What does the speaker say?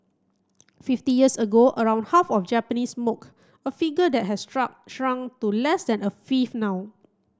fifty years ago around half of Japanese smoked a figure that has struck shrunk to less than a fifth now